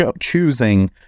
choosing